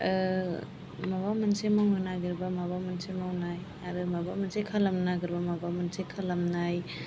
माबा मोनसे मावनो नागिरबा माबा मोनसे मावनाय आरो माबा मोनसे खालामनो नागिरबा माबा मोनसे खालामनाय